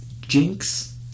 Jinx